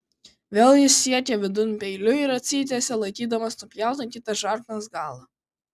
vėl jis siekė vidun peiliu ir atsitiesė laikydamas nupjautą kitą žarnos galą